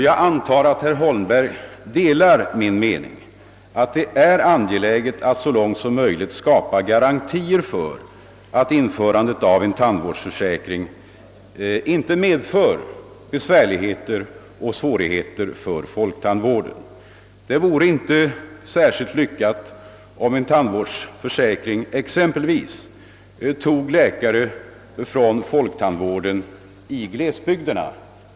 Jag antar att herr Holmberg delar min mening att det är angeläget att så långt som möjligt skapa garantier för att införandet av en tandvårdsförsäkring inte medför besvärligheter för folktandvården. Det vore inte särskilt lyckat om en tandvårdsförsäkring exempelvis tog läkare från folktandvården i glesbygderna.